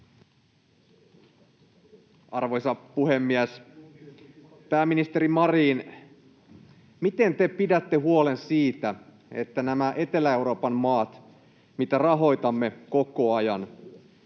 Arvoisa puhemies! Pääministeri Marin, miten te pidätte huolen siitä, että nämä Etelä-Euroopan maat, joita rahoitamme koko ajan,